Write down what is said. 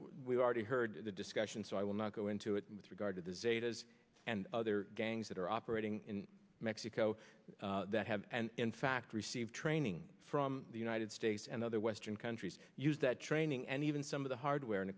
we've already heard the discussion so i will not go into it with regard to the zetas and other gangs that are operating in mexico that have and in fact receive training from the united states and other western countries use that training and even some of the hardware and